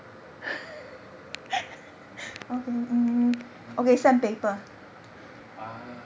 ah